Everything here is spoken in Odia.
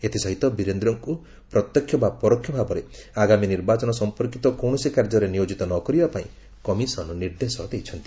ଏଥିସହିତ ବୀରେନ୍ଦ୍ରଙ୍କୁ ପ୍ରତ୍ୟକ୍ଷ ବା ପରୋକ୍ଷ ଭାବରେ ଆଗାମୀ ନିର୍ବାଚନ ସଂପର୍କିତ କୌଣସି କାର୍ଯ୍ୟରେ ନିୟୋଜିତ ନ କରିବା ପାଇଁ କମିଶନ ନିର୍ଦ୍ଦେଶ ଦେଇଛନ୍ତି